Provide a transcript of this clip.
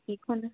बेखौनो